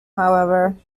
however